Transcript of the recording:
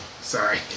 Sorry